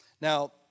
Now